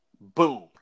Boom